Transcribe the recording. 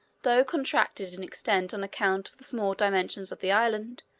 though contracted in extent on account of the small dimensions of the island,